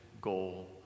goal